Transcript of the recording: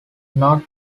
not